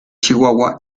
chihuahua